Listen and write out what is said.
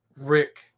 Rick